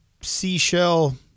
seashell